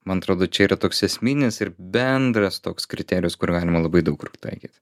man atrodo čia yra toks esminis ir bendras toks kriterijus kur galima labai daug kur pritaikyt